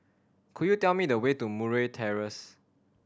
could you tell me the way to Murray Terrace